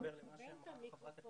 מתחבר למה שאמרה חברת